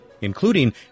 including